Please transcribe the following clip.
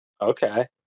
Okay